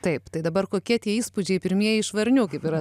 taip tai dabar kokie tie įspūdžiai pirmieji iš varnių kaip yra